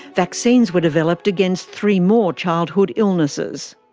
vaccines were developed against three more childhood illnesses.